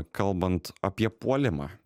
kalbant apie puolimą